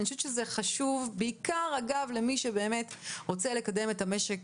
זה חשוב בעיקר למי שבאמת רוצה לקדם את המשק